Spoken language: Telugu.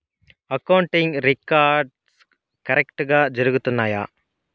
అకౌంటింగ్ రికార్డ్స్ కరెక్టుగా జరుగుతున్నాయా